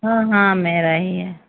हाँ हाँ मेरा ही है